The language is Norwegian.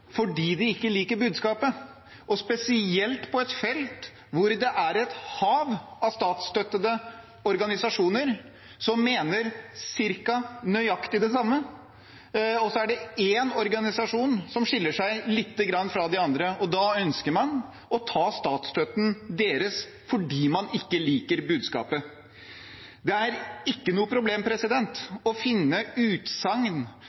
fordi de ikke liker budskapet, og spesielt på et felt der det er et hav av statsstøttede organisasjoner som mener cirka det samme. Og så er det én organisasjon som skiller seg lite grann fra de andre, og da ønsker man å ta statsstøtten deres fordi man ikke liker budskapet. Det er ikke noe problem